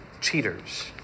cheaters